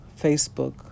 Facebook